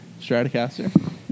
Stratocaster